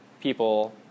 people